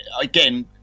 again